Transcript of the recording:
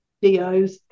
DOs